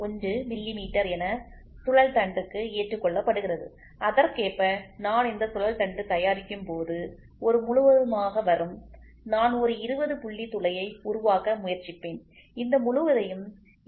1 millimetre என சுழல் தண்டுக்கு ஏற்றுக்கொள்ளப்படுகிறது அதற்கேற்ப நான் இந்த சுழல் தண்டு தயாரிக்கும் போது ஒரு முழுவதுமாக வரும் நான் ஒரு 20 புள்ளி துளையை உருவாக்க முயற்சிப்பேன் இந்த முழுவதையும் 20